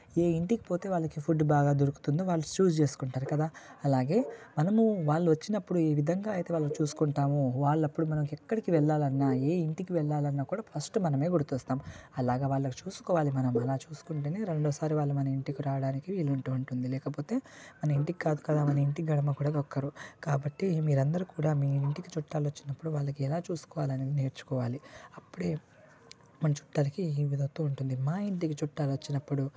ఏ ఇంటికి పోతే వాళ్ళకి ఫుడ్ బాగా దొరుకుతుంది వాళ్ళు చూస్ చేసుకుంటారు కదా అలాగే మనము వాళ్ళు వచ్చినప్పుడు ఏ విధంగా అయితే వాళ్ళని చూసుకుంటాము వాళ్ళు అప్పుడు మనం ఎక్కడికి వెళ్లాలన్నా ఏ ఇంటికి వెళ్లాలన్నా కూడా ఫస్ట్ మనం గుర్తు వస్తాము అలాగా వాళ్ళని చూసుకోవాలి మనం అలా చూసుకుంటేనే రెండోసారి వాళ్ళు మన ఇంటికి రావడానికి వీలు ఉంటు ఉంటుంది లేకపోతే మన ఇంటికి కాదు కదా మన ఇంటి గడప కూడా తొక్కరు కాబట్టి మీరు అందరు కూడా మీ ఇంటికి చుట్టాలు వచ్చినప్పుడు వాళ్ళని ఎలా చూసుకోవాలి అనేది నేర్చుకోవాలి అప్పుడే మన చుట్టాలకి ఈ విధంగా ఉంటుంది మా ఇంటికి చుట్టాలు వచ్చినప్పుడు